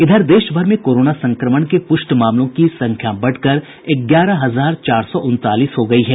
इधर देश भर में कोरोना संक्रमण के प्रष्ट मामलों की संख्या बढ़कर ग्यारह हजार चार सौ उनतालीस हो गयी है